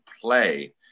play